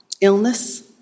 illness